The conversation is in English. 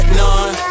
none